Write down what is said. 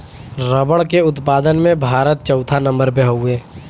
रबड़ के उत्पादन में भारत चउथा नंबर पे हउवे